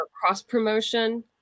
cross-promotion